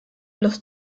los